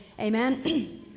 Amen